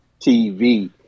TV